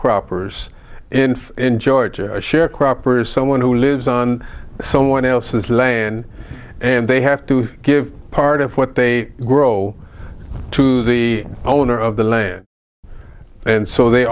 croppers in in georgia sharecroppers someone who lives on someone else's land and they have to give part of what they grow to the owner of the land and so they